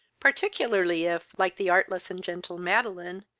particularly if, like the artless and gentle madeline,